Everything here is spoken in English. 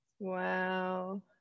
wow